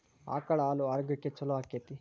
ಆಕಳ ಹಾಲು ಆರೋಗ್ಯಕ್ಕೆ ಛಲೋ ಆಕ್ಕೆತಿ?